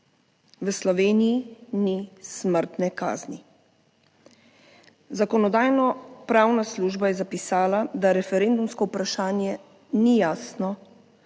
V Sloveniji ni smrtne kazni. Zakonodajno-pravna služba je zapisala, da referendumsko vprašanje ni jasno,